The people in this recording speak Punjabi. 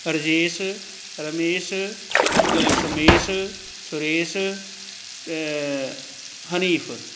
ਰਜੇਸ਼ ਰਮੇਸ਼ ਸੁਮੇਸ਼ ਸੁਰੇਸ਼ ਹਨੀਫ